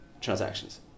transactions